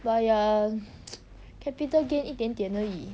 but ya capital gain 一点点而已